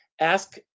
ask